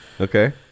Okay